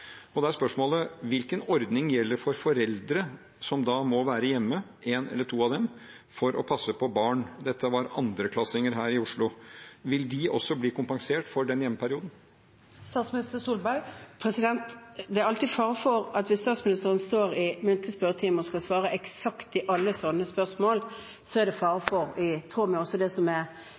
som må være hjemme, én eller to av dem, for å passe barn? Det gjelder også 2.-klassinger her i Oslo. Vil de også bli kompensert for den hjemmeperioden? Det er alltid fare for at hvis statsministeren står i muntlig spørretime og skal svare eksakt på alle slike spørsmål – i tråd med det som er reglementet for disse spørretimene – at man kan komme til å si noe som ikke er 100 pst. riktig eller 100 pst. i tråd med